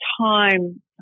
time